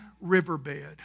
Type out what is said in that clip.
riverbed